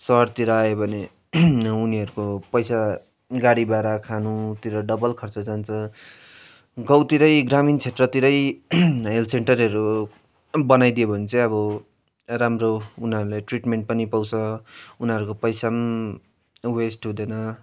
सहरतिर आयो भने उनीहरूको पैसा गाडी भाडा खानुतिर डबल खर्च जान्छ गाउँतिरै ग्रामीण क्षेत्रतिरै हेल्थ सेन्टरहरू बनाइदियो भने चाहिँ अब राम्रो उनीहरूलाई ट्रिटमेन्ट पनि पाउँस उनीहरूको पैसा पनि वेस्ट हुँदैन